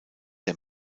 der